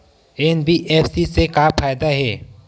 NBFC से का फ़ायदा हे?